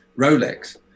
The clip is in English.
Rolex